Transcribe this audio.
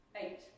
Eight